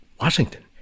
Washington